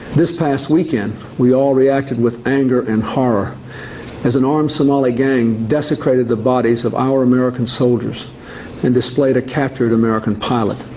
this past weekend we all reacted with anger and horror as an armed somali gang desecrated the bodies of our american soldiers and displayed a captured american pilot.